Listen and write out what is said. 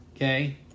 Okay